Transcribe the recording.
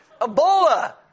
Ebola